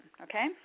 okay